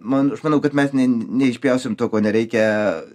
man aš manau kad mes ne neišpjausim to ko nereikia